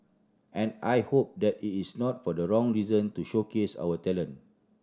and I hope that it is not for the wrong reason to showcase our talent